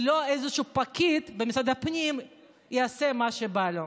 ולא שאיזשהו פקיד במשרד הפנים יעשה מה שבא לו.